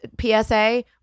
PSA